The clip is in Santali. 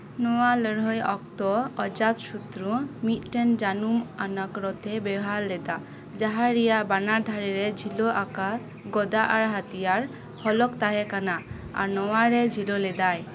ᱱᱚᱶᱟ ᱞᱟᱹᱲᱦᱟᱹᱭ ᱚᱠᱛᱚ ᱚᱡᱟᱛ ᱥᱚᱛᱨᱩ ᱢᱤᱫᱽᱴᱟᱝ ᱡᱟᱹᱱᱩᱢ ᱟᱱᱟᱜ ᱨᱚᱛᱷᱮ ᱵᱮᱵᱚᱦᱟᱨ ᱞᱮᱫᱟ ᱡᱟᱦᱟᱸ ᱨᱮᱭᱟᱜ ᱵᱟᱱᱟᱨ ᱫᱷᱟᱨᱮ ᱨᱮ ᱡᱷᱤᱞᱟᱹ ᱟᱠᱟᱫ ᱜᱚᱫᱟ ᱟᱨ ᱦᱟᱹᱛᱤᱭᱟᱨ ᱯᱷᱚᱞᱚᱠ ᱛᱟᱦᱮᱸ ᱠᱟᱱᱟ ᱟᱨ ᱱᱚᱣᱟ ᱨᱮ ᱡᱷᱤᱞᱟᱹ ᱞᱮᱫᱟᱭ